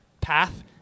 path